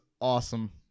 awesome